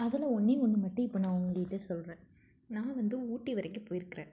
அதில் ஒன்றே ஒன்று மட்டும் இப்போ நான் உங்கள்கிட்ட சொல்கிறேன் நான் வந்து ஊட்டி வரைக்கும் போயிருக்கிறேன்